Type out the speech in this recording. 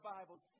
Bibles